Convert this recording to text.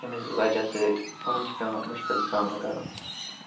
أمس بَچَس سۭتۍ یِمن چھُ پیٚوان مُشکِل سامنہٕ کَرُن